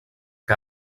que